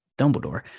Dumbledore